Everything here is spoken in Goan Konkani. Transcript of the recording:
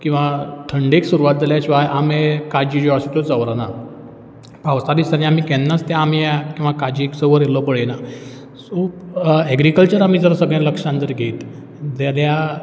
किंवा थंडेक सुरवात जाल्या शिवाय आमे काजी ज्यो आसा त्यो चंवरना पावसा दिसांनी आमी केन्नाच त्या आंब्याक किंवां काजीक चंवर येयल्लो पळयना सो एग्रीकल्चर जर आमी सगलें लक्षांत घेत तेद्या